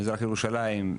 מזרח ירושלים,